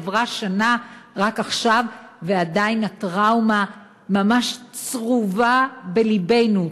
עברה שנה רק עכשיו ועדיין הטראומה ממש צרובה בלבנו,